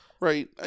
Right